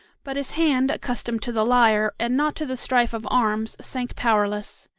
but his hand, accustomed to the lyre, and not to the strife of arms, sank powerless.